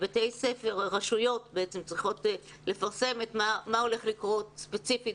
רשויות מקומיות צריכות לפרסם מה הולך לקרות ספציפית,